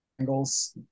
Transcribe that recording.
angles